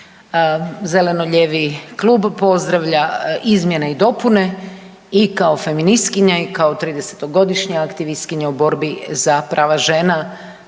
Zeleno-lijevi klub pozdravlja izmjene i dopune i kao feministkinja i kao 30-godišnja aktivistkinja u borbi za prava žena